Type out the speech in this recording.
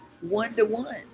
one-to-one